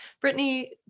Brittany